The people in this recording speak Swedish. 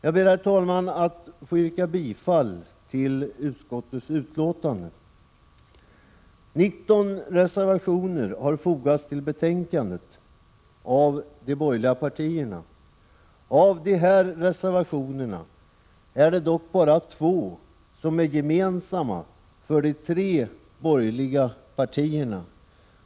Jag ber, herr talman, att få yrka bifall till utskottets hemställan. 19 reservationer har fogats till betänkandet av de borgerliga partierna. Av dessa reservationer är dock bara två gemensamma för de tre borgerliga partierna.